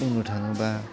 बुंनो थाङोबा